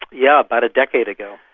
yeah about a decade ago.